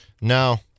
No